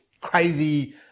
crazy